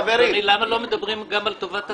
אדוני, למה לא מדברים גם על טובת התייר?